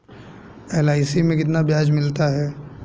LIC में कितना ब्याज मिलता है?